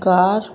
car